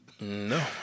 No